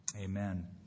amen